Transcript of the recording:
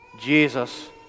Jesus